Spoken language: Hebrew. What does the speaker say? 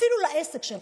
אפילו לעסק שלך,